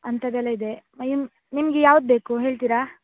ಅಂಥದ್ದೆಲ್ಲ ಇದೆ ನಿಮಗೆ ಯಾವ್ದು ಬೇಕು ಹೇಳ್ತೀರಾ